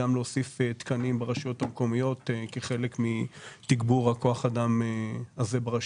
גם להוסיף תקנים ברשויות המקומיות כחלק מתגבור כוח האדם הזה ברשויות.